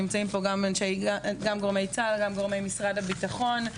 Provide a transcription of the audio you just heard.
נמצאים פה גורמי צה"ל ומשרד הביטחון.